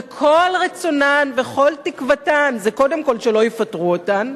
וכל רצונן וכל תקוותן זה קודם כול שלא יפטרו אותן,